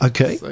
Okay